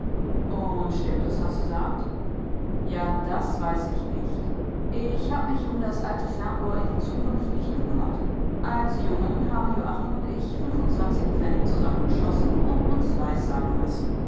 und stimmt es was sie sagt ja das weiß ich nicht ich hab mich um das alte fernrohr in die zukunft nicht gekümmert als jungen haben mal joachim und ich fünfundzwanzig pfennig zusammengeschossen und uns weissagen lassen